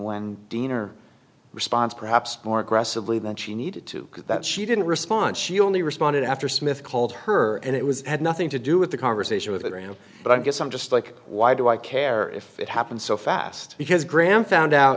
when deaner response perhaps more aggressively than she needed to because that she didn't respond she only responded after smith called her and it was had nothing to do with the conversation with graham but i guess i'm just like why do i care if it happened so fast because graham found out